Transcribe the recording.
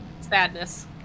Sadness